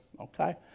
Okay